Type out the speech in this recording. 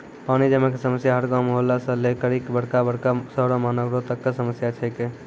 पानी जमै कॅ समस्या हर गांव, मुहल्ला सॅ लै करिकॅ बड़का बड़का शहरो महानगरों तक कॅ समस्या छै के